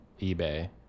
eBay